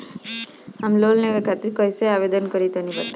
हम लोन लेवे खातिर कइसे आवेदन करी तनि बताईं?